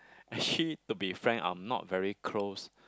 actually to be frank I'm not very close